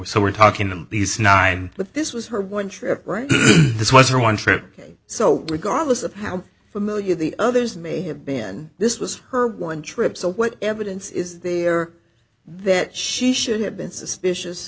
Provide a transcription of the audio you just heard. so we're talking about these nine but this was her one trip this was her one trip so regardless of how familiar the others may have been this was her one trip so what evidence is there that she should have been suspicious